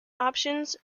options